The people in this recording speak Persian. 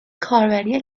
کاربری